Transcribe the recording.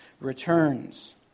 returns